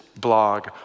Blog